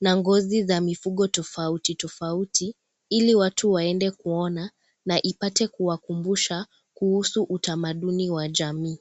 na ngozi za mifugo tufauti tufauti ili watu waende kuona na ipate kuwakumbusha kuhusu utamaduni wa jamii.